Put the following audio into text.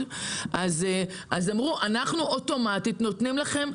אנחנו אוטומטית נותנים לכם,